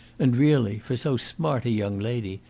and really, for so smart a young lady,